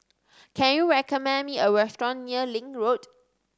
can you recommend me a restaurant near Link Road